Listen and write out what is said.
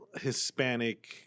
Hispanic